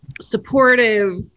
supportive